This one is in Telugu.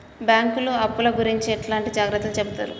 బ్యాంకులు అప్పుల గురించి ఎట్లాంటి జాగ్రత్తలు చెబుతరు?